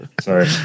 Sorry